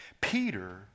Peter